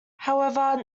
however